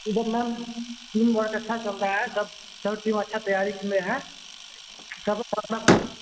इधर ma'am team work अच्छा चल रहा है सब सब टीम अच्छा तैयारी किए हैं सभी